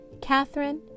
Catherine